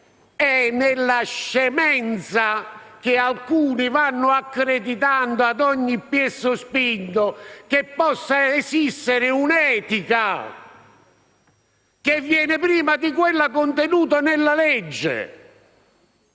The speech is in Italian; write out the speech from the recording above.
è la scemenza, che alcuni vanno accreditando a ogni piè sospinto, che possa esistere un'etica che viene prima di quella contenuta nella legge.